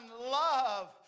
love